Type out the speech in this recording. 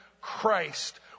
Christ